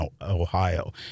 Ohio